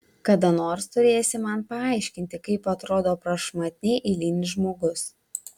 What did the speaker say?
kada nors turėsi man paaiškinti kaip atrodo prašmatniai eilinis žmogus